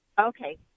Okay